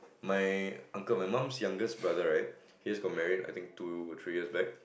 my uncle my mom's youngest brother right he's got married I think two over three years back